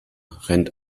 rennt